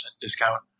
discount